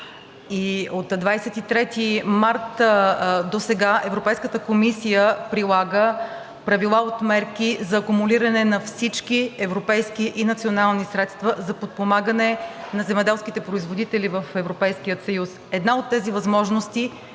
от 23 март досега Европейската комисия прилага правила от мерки за акумулиране на всички европейски и национални средства за подпомагане на земеделските производители в Европейския съюз.